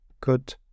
good